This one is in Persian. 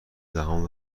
دهان